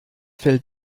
fällt